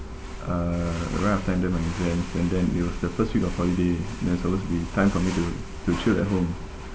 uh right after I ended my exams and then it was the first week of holiday that suppose to be time for me to to chill at home